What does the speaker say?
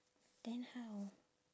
then how